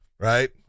Right